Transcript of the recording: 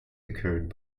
occurred